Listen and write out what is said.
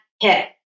hit